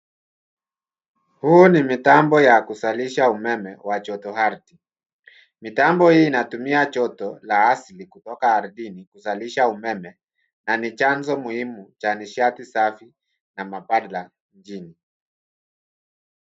Huu ni mitambo ya kuzalisha umeme wa joto ardhi. Mitambo hii inatumia joto la asili kutoka ardhini kuzalisha umeme na chanzo muhimu cha nishati safi na mandhari ya mjini.